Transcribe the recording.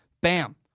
Bam